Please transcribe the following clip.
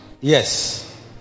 yes